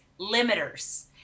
limiters